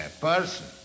person